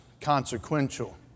consequential